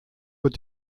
wird